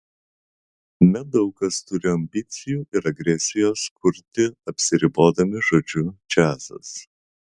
nedaug kas turi ambicijų ir agresijos kurti apsiribodami žodžiu džiazas